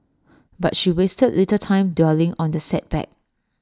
but she wasted little time dwelling on the setback